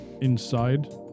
inside